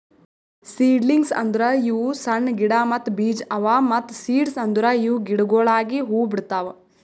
seedlings ಅಂದುರ್ ಇವು ಸಣ್ಣ ಗಿಡ ಮತ್ತ್ ಬೀಜ ಅವಾ ಮತ್ತ ಸೀಡ್ಸ್ ಅಂದುರ್ ಇವು ಗಿಡಗೊಳಾಗಿ ಹೂ ಬಿಡ್ತಾವ್